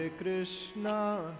Krishna